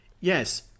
Yes